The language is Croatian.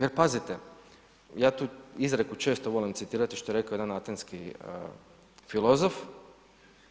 Jer, pazite, ja tu izreku često volim citirati što je rekao jedan atenski filozof,